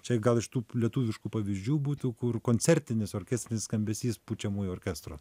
čia gal iš tų lietuviškų pavyzdžių būtų kur koncertinis orkestrinis skambesys pučiamųjų orkestro